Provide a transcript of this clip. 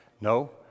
no